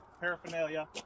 paraphernalia